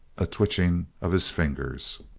a twitching of his fingers.